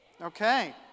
Okay